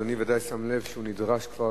אדוני בוודאי שם לב שהוא נדרש כבר